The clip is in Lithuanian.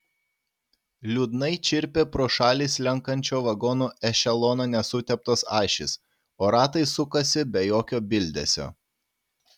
liūdnai čirpė pro šalį slenkančio vagonų ešelono nesuteptos ašys o ratai sukosi be jokio bildesio